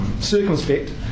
Circumspect